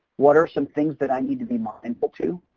what are some things that i need to be mindful to?